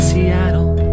Seattle